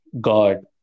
God